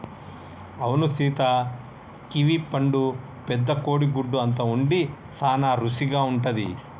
అవును సీత కివీ పండు పెద్ద కోడి గుడ్డు అంత ఉండి సాన రుసిగా ఉంటది